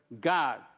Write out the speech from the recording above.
God